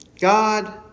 God